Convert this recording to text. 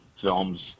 Films